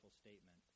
statement